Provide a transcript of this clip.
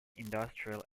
industrial